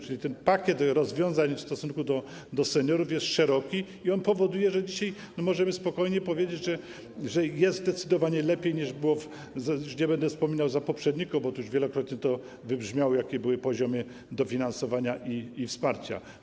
Czyli pakiet rozwiązań w stosunku do seniorów jest szeroki i powoduje, że dzisiaj możemy spokojnie powiedzieć, że jest zdecydowanie lepiej, niż było, nie będę wspominał, że za poprzedników, bo to już wielokrotnie wybrzmiało, jakie były poziomy dofinasowania i wsparcia.